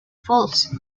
falls